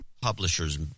Publishers